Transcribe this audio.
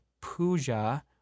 puja